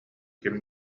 ким